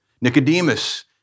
Nicodemus